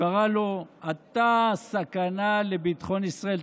אתה סכנה לביטחון ישראל.